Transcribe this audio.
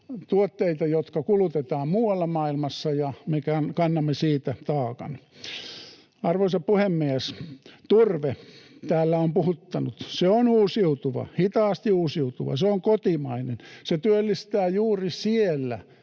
tuotteita, jotka kulutetaan muualla maailmassa ja me kannamme siitä taakan. Arvoisa puhemies! Turve täällä on puhuttanut. Se on uusiutuva, hitaasti uusiutuva. Se on kotimainen. Se työllistää juuri siellä,